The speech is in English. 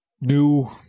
new